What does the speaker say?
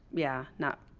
yeah. not.